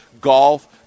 golf